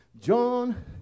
John